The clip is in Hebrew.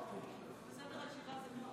אני קובע שהצעת חוק סמכויות מיוחדות